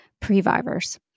previvors